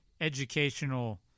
educational –